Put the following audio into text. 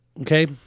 Okay